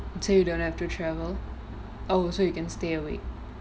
so you don't have to travel oh so you can stay awake